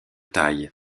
taille